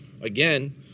again